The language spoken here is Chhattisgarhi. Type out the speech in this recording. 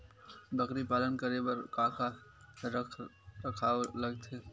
बकरी पालन करे बर काका रख रखाव लगथे?